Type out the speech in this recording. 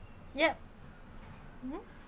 yep mm